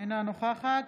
אינה נוכחת